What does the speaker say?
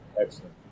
Excellent